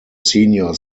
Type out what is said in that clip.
senior